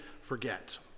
forget